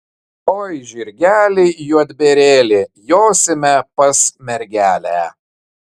oi žirgeli juodbėrėli josime pas mergelę